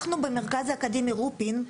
אנחנו במרכז האקדמי רופין,